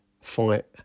fight